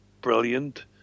brilliant